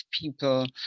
people